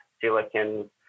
silicon